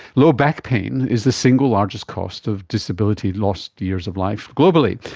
low back pain is the single largest cost of disability, lost years of life, globally.